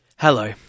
Hello